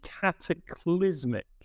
cataclysmic